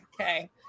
Okay